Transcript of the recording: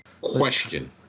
question